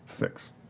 six.